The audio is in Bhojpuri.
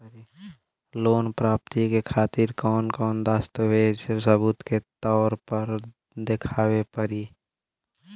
लोन प्राप्ति के खातिर कौन कौन दस्तावेज सबूत के तौर पर देखावे परी?